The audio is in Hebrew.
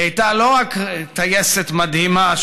היא הייתה לא רק טייסת מדהימה,